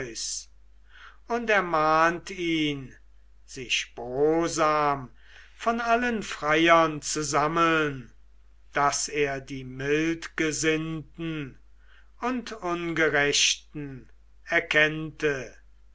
und ermahnt ihn sich brosam von allen freiern zu sammeln daß er die mildegesinnten und ungerechten erkennte